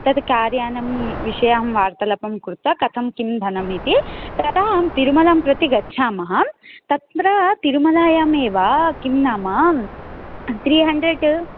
तद् कार्यानं विषये अहं वार्तालापं कृत्वा कथं किं धनमिति तदा अहं तिरुमलां प्रति गच्छामः तत्र तिरुमलायामेव किन्नाम त्री हण्ड्रेड्